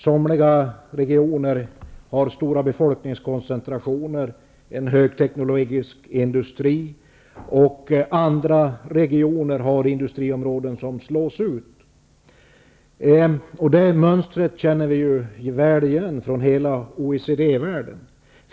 Somliga regioner har stora befolkningskoncentrationer och en högteknologisk industri, och andra regioner har industriområden som slås ut. Det här mönstret känner vi väl igen från hela OECD-världen.